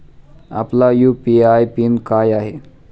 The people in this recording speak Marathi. आपला यू.पी.आय पिन काय आहे?